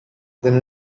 than